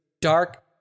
dark